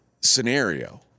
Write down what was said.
scenario